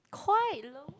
quite low